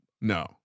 No